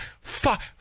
fuck